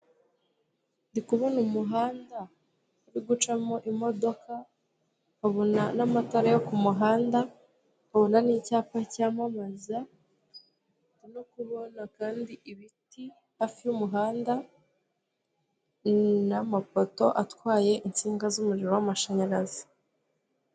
Ndi kubona umuhanda uri gucamo imodoka, nkabona n'amatara yo ku muhanda, nkabona n'icyapa cyamamaza ndimo kubona kandi ibiti hafi y'umuhanda n'amapoto atwaye insinga z'umuriro w'amashanyarazi.